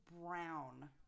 Brown